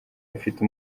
afite